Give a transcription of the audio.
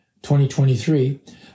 2023